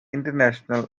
international